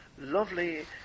lovely